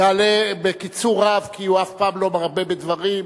יעלה, בקיצור רב, כי הוא אף פעם לא מרבה בדברים,